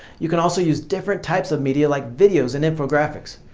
you can also use different types of media like video and infographics.